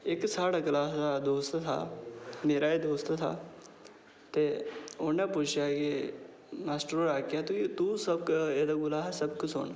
इक्क साढ़ा क्लास दा दोस्त था मेरा गै दोस्त था उ'न्नै पुच्छेआ कि मास्टर होरें आक्खेआ कि तूं सबक एह्दे कोला सबक सुन